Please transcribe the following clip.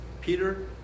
Peter